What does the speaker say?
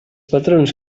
patrons